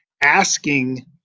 asking